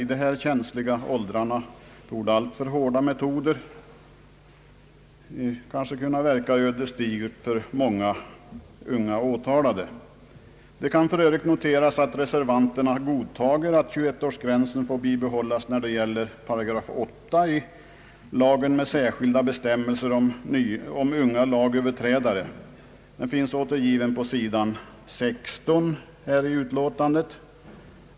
Utdömande av alltför hårda straff kan kanske verka ödesdigert för många åtalade i dessa känsliga åldrar. Det kan för övrigt noteras att reservanterna godtar att 21-årsgränsen bibehålles när det gäller 8 § lagen med särskilda bestämmelser om unga lagöverträdare, vilka bestämmelser finns återgivna på s. 16 i utlåtandet.